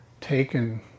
taken